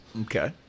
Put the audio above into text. Okay